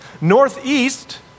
northeast